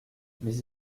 mais